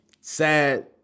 Sad